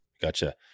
Gotcha